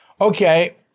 Okay